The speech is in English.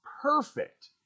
perfect